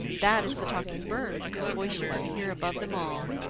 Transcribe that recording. that is the talking bird, whose voice you can hear above them all,